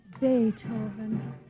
Beethoven